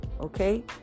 Okay